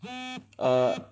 err